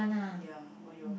ya !aiyo!